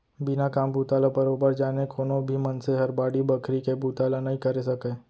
बिना काम बूता ल बरोबर जाने कोनो भी मनसे हर बाड़ी बखरी के बुता ल नइ करे सकय